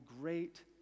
great